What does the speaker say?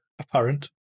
apparent